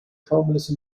homeless